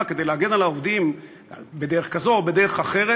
כדי להגן על העובדים בדרך כזאת או בדרך אחרת.